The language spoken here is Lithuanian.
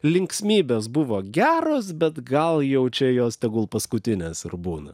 linksmybės buvo geros bet gal jau čia jos tegul paskutinės ir būna